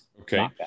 Okay